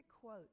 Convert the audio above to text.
quote